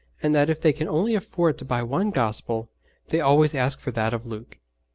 and that if they can only afford to buy one gospel they always ask for that of luke.